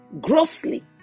grossly